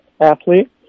athlete